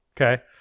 Okay